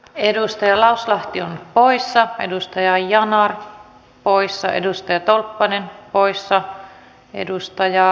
edustaja lauslahti on poissa edustaja joanna ja poissa edustaja tolppanen olemme oppineet